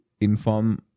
inform